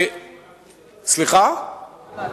אנחנו לא ממעטים,